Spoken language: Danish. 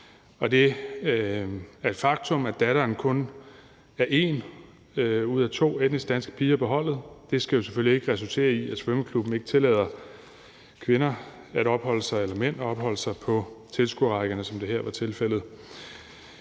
og det er et faktum, at datteren kun er en ud af to etnisk danske piger på holdet. Det skal jo selvfølgelig ikke resultere i, at svømmeklubben ikke tillader kvinder at opholde sig eller mænd at opholde sig på tilskuerrækkerne, som det her var tilfældet.